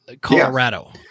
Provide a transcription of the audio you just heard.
Colorado